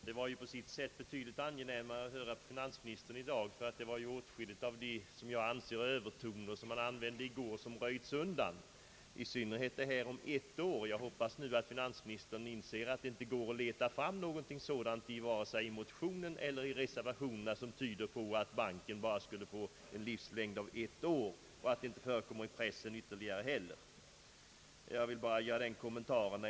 Herr talman! Det var betydligt angenämare att höra finansministern i dag är i går. Åtskilligt av vad jag anser vara övertoner, som han använde i går, har röjts undan, i synnerhet detta med tiden »ett år». Jag hoppas nu finansministern inser att det inte går att leta fram något, vare sig i motionen eller reservationerna, som tyder på att banken enligt mittpartiernas förslag bara skulle få en livslängd av ett år, och det förekommer inte i pressen heller. Jag vill bara göra den kommentaren.